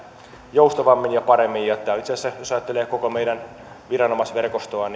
joustavammin ja paremmin tämä on itse asiassa toiminnan järkeistämistä jos ajattelee koko meidän viranomaisverkostoa